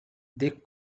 they